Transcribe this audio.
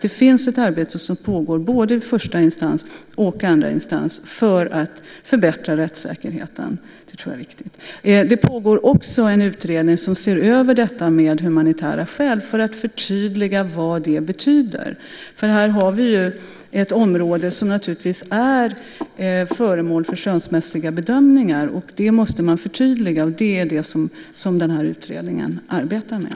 Det finns ett arbete som pågår i både första och andra instans för att förbättra rättssäkerheten. Det är viktigt. Det pågår också en utredning som ser över frågan om humanitära skäl för att förtydliga vad det betyder. Här har vi ett område som är föremål för skönsmässiga bedömningar. Det måste man förtydliga. Det är vad utredningen arbetar med.